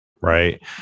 right